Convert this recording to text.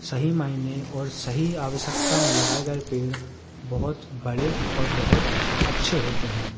सही मायने और सही आवश्यकता में लगाए गए पेड़ बहुत बड़े और बहुत अच्छे होते हैं